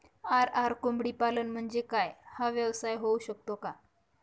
RR कोंबडीपालन म्हणजे काय? हा व्यवसाय होऊ शकतो का?